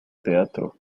teatro